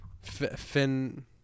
Fin